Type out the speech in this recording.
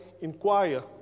inquire